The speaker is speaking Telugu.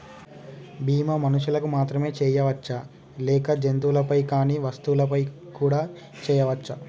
బీమా మనుషులకు మాత్రమే చెయ్యవచ్చా లేక జంతువులపై కానీ వస్తువులపై కూడా చేయ వచ్చా?